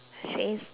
uh